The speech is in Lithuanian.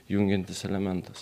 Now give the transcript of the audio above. jungiantis elementas